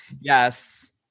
Yes